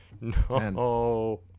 No